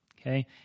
okay